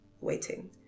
waiting